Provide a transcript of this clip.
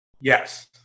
Yes